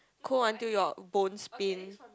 cold until your bones pain